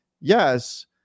Yes